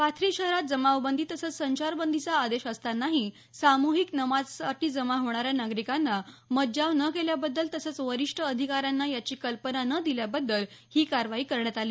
पाथरी शहरात जमावबंदी तसंच संचारबंदीचा आदेश असतानाही सामुहिक नमाजसाठी जमा होणाऱ्या नागरिकांना मज्जाव न केल्याबद्दल तसंच वरिष्ठ अधिकाऱ्यांना याची कल्पना न दिल्याबद्दल ही कारवाई करण्यात आली